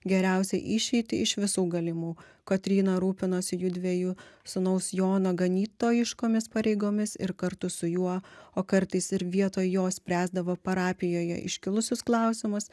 geriausią išeitį iš visų galimų kotryna rūpinosi jųdviejų sūnaus jono ganytojiškomis pareigomis ir kartu su juo o kartais ir vietoj jo spręsdavo parapijoje iškilusius klausimus